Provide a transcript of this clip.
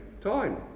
Time